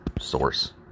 source